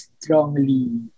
strongly